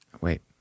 wait